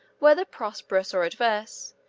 whether prosperous or adverse,